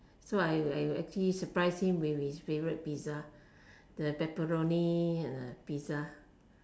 so I actually surprise him with his favourite pizza the pepperoni pizza